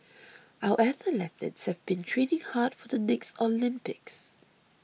our athletes have been training hard for the next Olympics